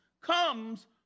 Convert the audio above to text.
comes